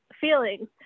feelings